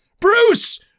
bruce